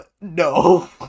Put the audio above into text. no